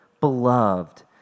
Beloved